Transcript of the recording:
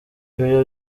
ibyo